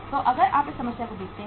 तो अगर आप इस समस्या को यहाँ देखते हैं